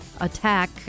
attack